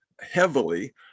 heavily